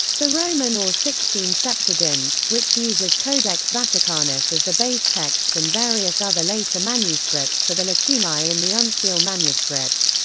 the roman or sixtine septuagint, which uses codex vaticanus as the base texts and various other later manuscripts for the lacunae in the uncial manuscript.